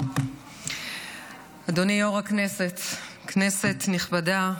אדוני יו"ר הכנסת, כנסת נכבדה,